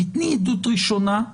תני עדות ראשונה,